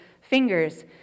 fingers